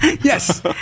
Yes